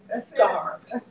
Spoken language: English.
Starved